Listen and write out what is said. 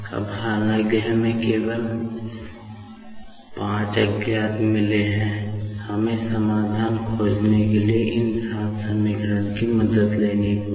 अब हालांकि हमें केवल 5 अज्ञात मिले हैं हमें समाधान खोजने के लिए इन सात समीकरणों की मदद लेनी होगी